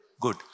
good